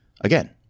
again